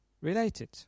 related